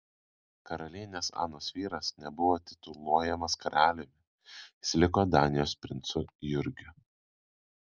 karalienės anos vyras nebuvo tituluojamas karaliumi jis liko danijos princu jurgiu